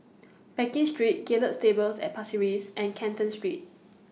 Pekin Street Gallop Stables At Pasir Ris and Canton Street